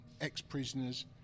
ex-prisoners